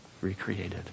recreated